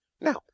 Now